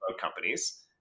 companies